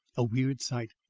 a weird sight,